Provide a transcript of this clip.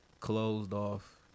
closed-off